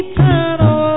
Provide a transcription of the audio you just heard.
Eternal